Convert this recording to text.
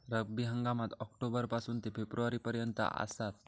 रब्बी हंगाम ऑक्टोबर पासून ते फेब्रुवारी पर्यंत आसात